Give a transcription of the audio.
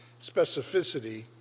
specificity